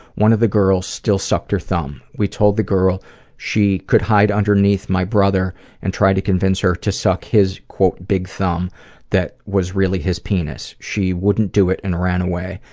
one of the girls still sucked her thumb. we told the girl she could hide underneath my brother and tried to convince her to suck his big thumb that was really his penis. she wouldn't do it and ran away.